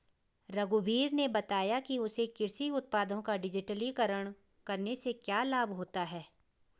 रघुवीर ने बताया कि उसे कृषि उत्पादों का डिजिटलीकरण करने से क्या लाभ होता है